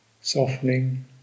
softening